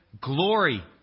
glory